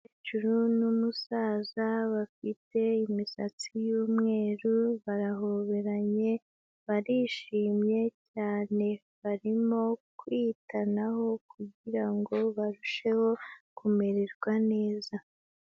Umukecuru n'umusaza bafite imisatsi y'umweru barahoberanye, barishimye cyane. Barimo kwitanaho kugira ngo barusheho kumererwa neza.